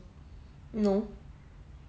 no